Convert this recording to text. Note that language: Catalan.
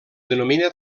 denomina